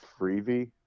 freebie